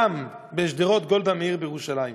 גם הוא בשדרות גולדה מאיר בירושלים.